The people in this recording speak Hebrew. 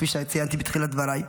כפי שציינתי בתחילת דבריי,